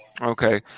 Okay